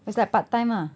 it's like part time ah